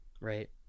Right